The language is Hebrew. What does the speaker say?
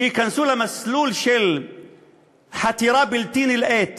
שייכנסו למסלול של חתירה בלתי נלאית